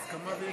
מי בעד?